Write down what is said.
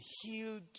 healed